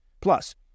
Plus